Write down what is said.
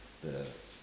the